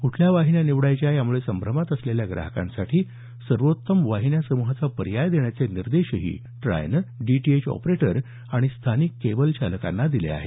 क्ठल्या वाहिन्या निवडायच्या यामुळे संभ्रमात असलेल्या ग्राहकांसाठी सर्वोत्तम वाहिन्या समूहाचा पर्याय देण्याचे निर्देशही ट्रायनं डीटीएच ऑपरेटर आणि स्थानिक केबल चालकांना दिले आहेत